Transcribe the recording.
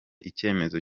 icyemezo